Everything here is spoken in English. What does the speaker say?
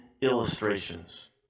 illustrations